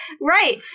right